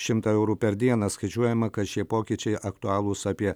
šimtą eurų per dieną skaičiuojama kad šie pokyčiai aktualūs apie